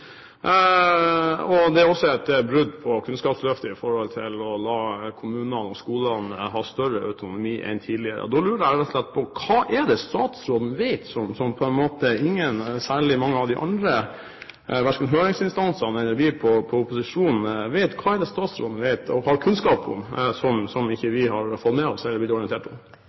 og det er også et brudd på Kunnskapsløftet i forhold til å la kommunene og skolene ha større autonomi enn tidligere. Da lurer jeg rett og slett på: Hva er det statsråden vet som ikke særlig mange andre, verken høringsinstansene eller vi i opposisjonen vet? Hva er det statsråden vet og har kunnskap om, som vi ikke har fått med oss eller blitt orientert om? Jeg vil jo i utgangspunktet mene at Tord Lien får med seg det